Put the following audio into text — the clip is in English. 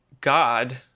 God